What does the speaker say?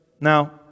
Now